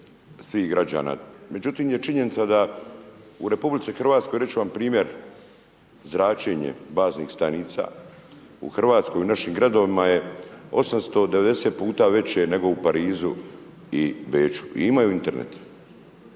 Međutim je činjenica da u RH, reći ću vam primjer zračenje baznih stanica u Hrvatskoj u našim gradovima je 890 puta veće nego u Parizu i Beču i imaju Internet.